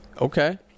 Okay